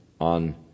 on